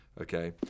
okay